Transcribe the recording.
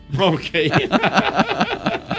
Okay